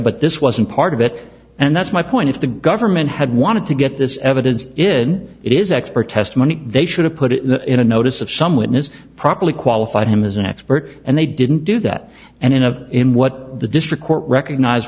but this wasn't part of it and that's my point if the government had wanted to get this evidence in it is expert testimony they should have put it in a notice of some witness properly qualified him as an expert and they didn't do that and in of him what the district court recognize